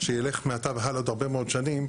שילך מעתה והלאה עוד הרבה מאוד שנים,